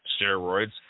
steroids